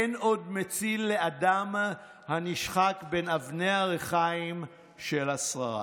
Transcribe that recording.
אין עוד מציל לאדם הנשחק בין אבני הריחיים של השררה".